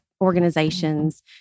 organizations